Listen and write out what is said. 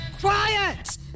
Quiet